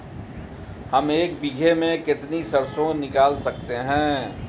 हम एक बीघे में से कितनी सरसों निकाल सकते हैं?